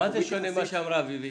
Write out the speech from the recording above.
במה זה שונה ממה שאמרה אביבית?